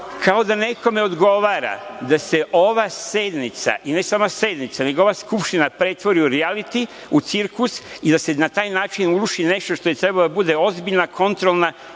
kao da nekome odgovora da se ova sednica i ne sama sednica, nego ova Skupština pretvori u rijaliti, u cirkus i da se na taj način uruši nešto što bi trebalo da bude ozbiljna kontrolna